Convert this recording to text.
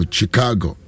Chicago